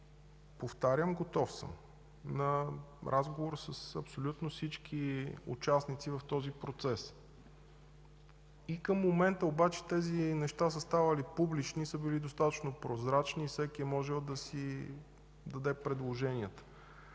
Повтарям – готов съм на разговор с абсолютно всички участници в този процес. Към момента обаче тези неща са ставали публично и са били достатъчно прозрачни. Всеки е могъл да си даде предложението.